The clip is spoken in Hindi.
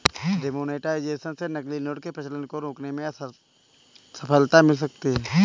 डिमोनेटाइजेशन से नकली नोट के प्रचलन को रोकने में सफलता मिल सकती है